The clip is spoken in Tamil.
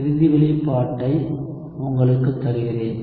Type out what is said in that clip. இறுதி வெளிப்பாட்டை உங்களுக்கு தருகிறேன்